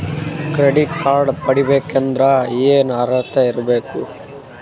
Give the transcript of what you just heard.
Credit card ಪಡಿಬೇಕಂದರ ಏನ ಅರ್ಹತಿ ಇರಬೇಕು?